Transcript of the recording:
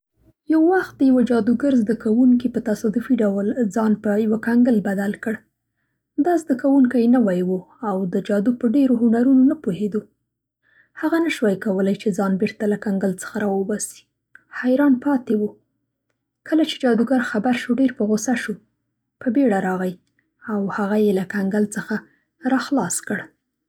یو وخت د یوه جادو ګر زده کوونکي په تصادفي ډول ځان په یوه ګنګل بدل کړ. دا زده کوونکی نوی و او د جادو په ډېرو هنرونو نه پوهېدو. هغه نه شوای کولی چې ځان بېرته له کنګل څخه را وباسي. حیران پاتې و. کله چې جادو ګر خبر شو ډېر په غوسه شو. په بېړه راغی او هغه یې له کنګل څخه را خلاص کړ.